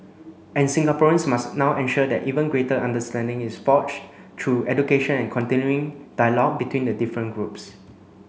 and Singaporeans must now ensure that even greater understanding is forged through education and continuing dialogue between the different groups